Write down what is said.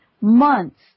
months